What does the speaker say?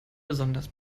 besonders